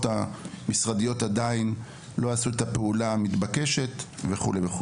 המשרדיות עדיין לא עשו את הפעולה המתבקשת וכולי.